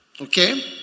Okay